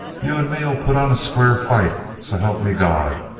you and me'll put on a square fight, so help me god!